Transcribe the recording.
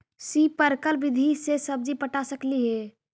Sprinkle विधि से सब्जी पटा सकली हे?